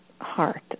heart